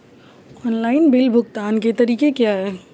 Online bill भुगतान के तरीके क्या हैं?